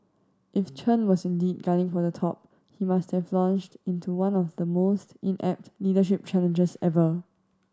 if Chen was indeed gunning for the top he must have launched into one of the most inept leadership challenges ever